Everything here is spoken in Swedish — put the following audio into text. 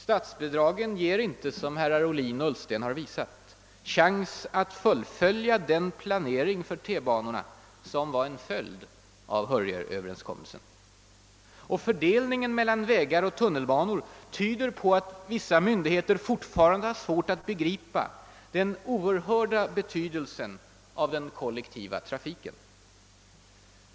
Statsbidragen ger inte, som herrar Ohlin och Ullsten har visat, chans att fullfölja den planering för T-banor som var en följd av Hörjelöverenskommelsen. Och fördelningen mellan vägar och tunnelbanor tyder på att vissa myndigheter fortfarande har svårt att begripa den oerhörda betydelsen av den kollektiva trafiken.